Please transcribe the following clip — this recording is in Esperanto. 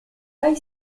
kaj